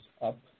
up